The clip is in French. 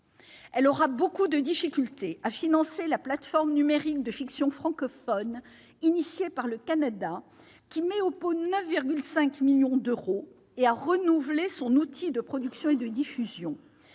Elle aura beaucoup de difficultés à financer la plateforme numérique de fictions francophones, initiée par le Canada, qui met au pot 9,5 millions d'euros, et à renouveler son outil de production et de diffusion.